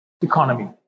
economy